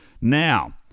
Now